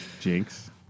Jinx